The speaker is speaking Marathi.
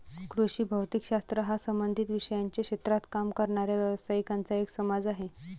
कृषी भौतिक शास्त्र हा संबंधित विषयांच्या क्षेत्रात काम करणाऱ्या व्यावसायिकांचा एक समाज आहे